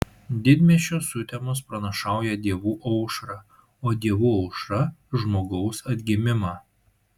didmiesčio sutemos pranašauja dievų aušrą o dievų aušra žmogaus atgimimą